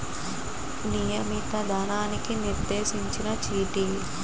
నియమిత ధనానికి నిర్దేశించిన చీటీ